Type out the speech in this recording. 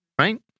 right